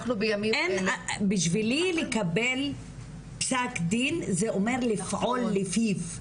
בשבילי לקבל פסק דין, זה אומר לפעול לפיו.